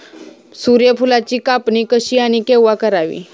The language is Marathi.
सूर्यफुलाची कापणी कशी आणि केव्हा करावी?